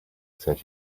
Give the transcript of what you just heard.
said